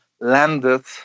landed